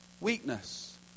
weakness